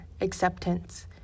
acceptance